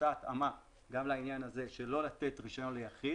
בפסקה (א) יש אותה התאמה גם לעניין הזה שלא לתת רישיון ליחיד,